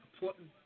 important